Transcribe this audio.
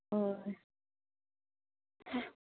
ꯍꯣꯏ